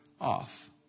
off